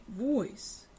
voice